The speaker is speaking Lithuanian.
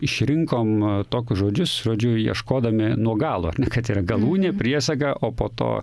išrinkom tokius žodžius žodžiu ieškodami nuo galo kad yra galūnė priesaga o po to